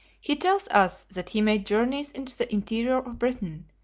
he tells us that he made journeys into the interior of britain,